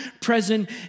present